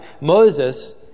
Moses